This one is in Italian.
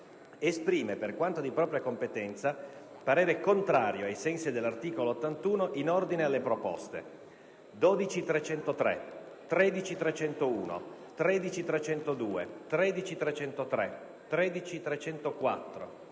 esprime, per quanto di propria competenza, parere contrario, ai sensi dell'articolo 81 della Costituzione, in ordine alle proposte 12.303, 13.301, 13.302, 13.303, 13.304,